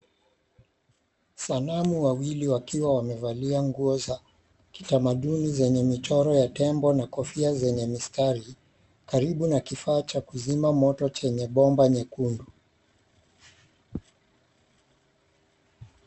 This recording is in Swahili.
Sanamu wawili wakiwa wamevalia nguo za kitamaduni zenye michoro ya tembo na kofia zenye mistari, karibu na kifaa cha kuzima moto chenye bomba nyekundu.